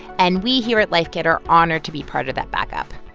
and we here at life kit are honored to be part of that backup